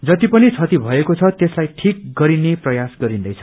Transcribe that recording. जति पनि क्षति भएको छ त्यसलाई ठिक गरिने प्रयास गरिन्दैछ